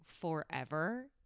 forever